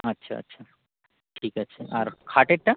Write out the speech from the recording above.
আচ্ছা আচ্ছা ঠিক আছে আর খাটেরটা